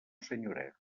senyoret